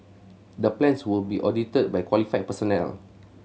the plans will be audited by qualified personnel